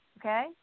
okay